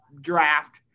draft